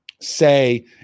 say